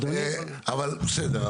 בסדר,